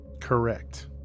Correct